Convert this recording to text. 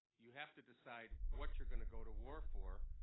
you have to decide what you're going to go to war for,